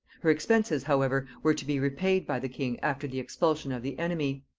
her expenses however were to be repaid by the king after the expulsion of the enemy.